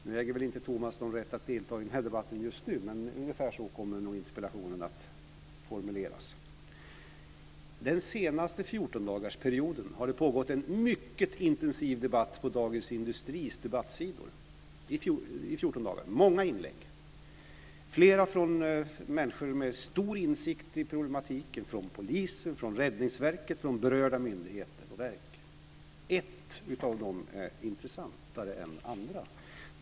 Nu äger Thomas Bodström inte någon rätt att delta i den här debatten, men ungefär så kommer nog interpellationen att formuleras. Den senaste fjortondagarsperioden har det pågått en mycket intensiv debatt på Dagens Industris debattsida. I fjorton dagar. Det har varit många inlägg, flera från människor med stor insikt i problematiken, från polisen, från Räddningsverket, från berörda myndigheter och verk. Ett av dem är intressantare än andra.